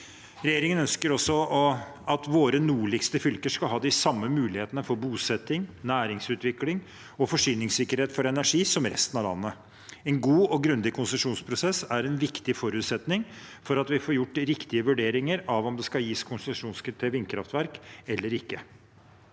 Regjeringen ønsker også at våre nordligste fylker skal ha de samme mulighetene for bosetting, næringsutvikling og forsyningssikkerhet for energi som resten av landet. En god og grundig konsesjonsprosess er en viktig forutsetning for at vi får gjort riktige vurderinger av om det skal gis konsesjon til vindkraftverk eller ikke.